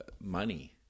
money